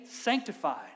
sanctified